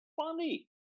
funny